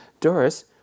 Doris